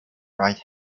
right